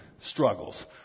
struggles